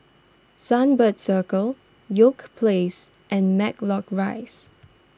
Sunbird Circle York Place and Matlock Rise